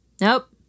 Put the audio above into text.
nope